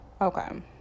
Okay